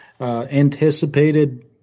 anticipated